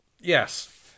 Yes